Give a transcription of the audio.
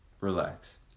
Relax